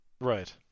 Right